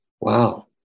Wow